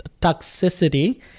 toxicity